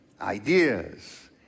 ideas